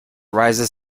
rises